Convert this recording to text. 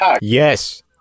Yes